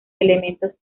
elementos